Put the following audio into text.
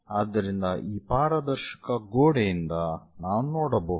ಆದ್ದರಿಂದ ಈ ಪಾರದರ್ಶಕ ಗೋಡೆಯಿಂದ ನಾವು ನೋಡಬಹುದು